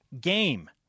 game